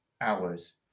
hours